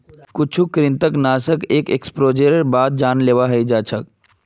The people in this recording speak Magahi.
कुछु कृंतकनाशक एक एक्सपोजरेर बाद जानलेवा हय जा छ